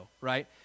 right